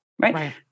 right